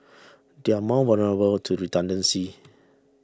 they are more vulnerable to redundancy